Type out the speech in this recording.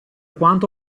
quanto